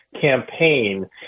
campaign